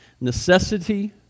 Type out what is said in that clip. Necessity